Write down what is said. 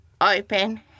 open